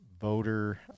voter